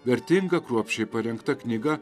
vertinga kruopščiai parengta knyga